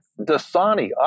Dasani